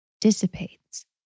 dissipates